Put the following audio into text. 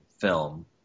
film